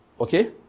okay